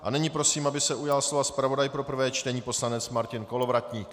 A nyní prosím, aby se ujal slova zpravodaj pro prvé čtení poslanec Martin Kolovratník.